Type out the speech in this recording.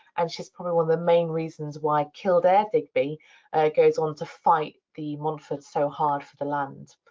and she's probably one of the main reasons why kildare digby goes on to fight the montforts so hard for the lands.